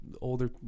older